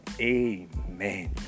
amen